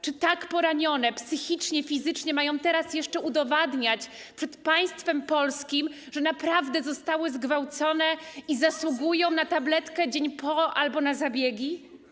Czy tak poranione psychicznie, fizycznie mają teraz jeszcze udowadniać przed państwem polskim, że naprawdę zostały zgwałcone i zasługują na tabletkę ˝dzień po˝ albo na zabiegi?